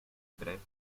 bret